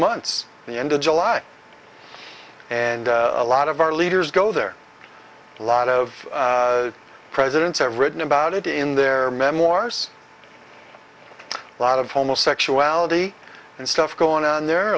months the end of july and a lot of our leaders go there a lot of presidents have written about it in their memoirs a lot of homosexuality and stuff going on there